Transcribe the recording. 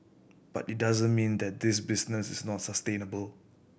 but it doesn't mean that this business is not sustainable